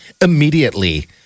immediately